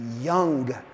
young